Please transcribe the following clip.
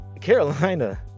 Carolina